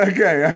Okay